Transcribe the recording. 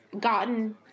gotten